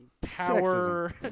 power